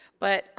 but,